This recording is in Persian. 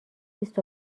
بیست